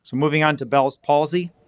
so moving on to bell's palsy.